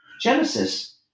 Genesis